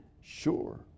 sure